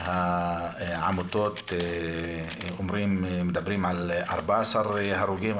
העמותות מדברות על 14 הרוגים,